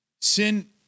Sin